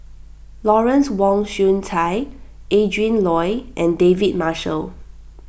Lawrence Wong Shyun Tsai Adrin Loi and David Marshall